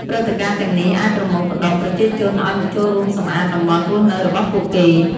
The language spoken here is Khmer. ព្រឹត្តិការណ៍ទាំងនេះ អាចប្រមូលផ្តុំប្រជាជនឲ្យមកចូលរួមសម្អាតតំបន់រស់នៅរបស់ពួកគេ។